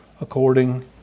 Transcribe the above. according